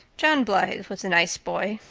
john blythe was a nice boy.